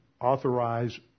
authorize